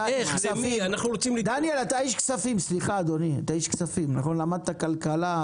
דניאל, אתה איש כספים, למדת כלכלה.